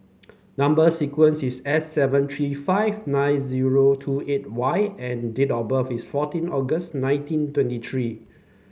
number sequence is S seven three five nine zero two eight Y and date of birth is fourteen August nineteen twenty three